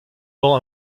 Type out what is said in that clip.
dans